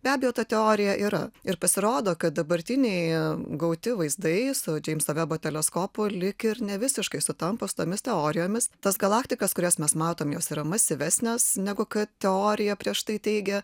be abejo ta teorija yra ir pasirodo kad dabartiniai gauti vaizdai su džeimso vebo teleskopu lyg ir nevisiškai sutampa su tomis teorijomis tas galaktikas kurias mes matom jos yra masyvesnės negu kad teorija prieš tai teigė